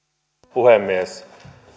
puhemies